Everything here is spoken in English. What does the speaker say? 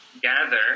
gather